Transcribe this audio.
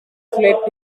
fled